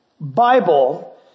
Bible